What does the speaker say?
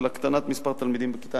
של הקטנת מספר התלמידים בכיתה,